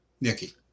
Nikki